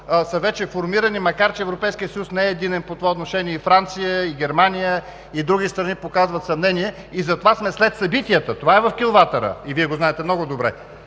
са вече формирани, макар че Европейският съюз не е единен в това отношение. И Франция, и Германия, и други страни показват съмнения и затова сме след събитията. Това е в килватера и Вие го знаете много добре.